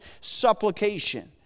supplication